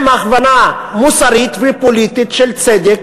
עם הכוונה מוסרית ופוליטית של צדק,